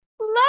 love